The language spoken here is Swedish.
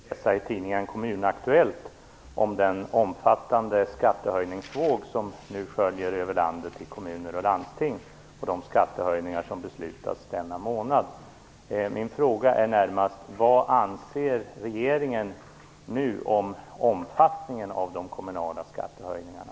Fru talman! Senast i går kunde vi läsa i tidningen Kommun-Aktuellt om den omfattande skattehöjningsvåg som nu sköljer över landet i kommuner och landsting och de skattehöjningar som beslutas denna månad. Min fråga är närmast: Vad anser regeringen nu om omfattningen av de kommunala skattehöjningarna?